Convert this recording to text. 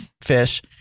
fish